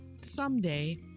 someday